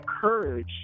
courage